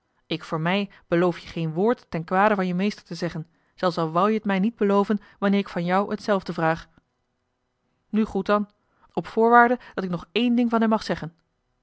ik voor mij beloof je geen woord ten kwade van je meester te zeggen zelfs al wou je het mij niet beloven wanneer ik van jou hetzelfde vraag nu goed dan op voorwaarde dat ik nog één ding van hem mag zeggen